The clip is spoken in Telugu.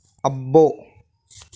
అబ్బో